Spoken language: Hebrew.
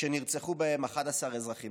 שנרצחו בהם 11 אזרחים.